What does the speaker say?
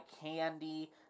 candy